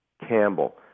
Campbell